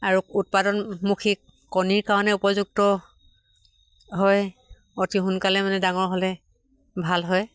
আৰু উৎপাদনমুখীক কণীৰ কাৰণে উপযুক্ত হয় অতি সোনকালে মানে ডাঙৰ হ'লে ভাল হয়